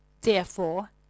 Therefore